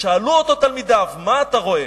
שאלו אותו תלמידיו: מה אתה רואה?